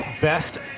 Best